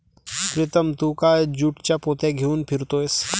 प्रीतम तू का ज्यूटच्या पोत्या घेऊन फिरतोयस